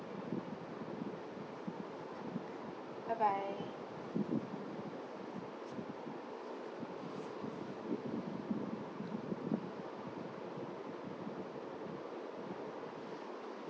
bye bye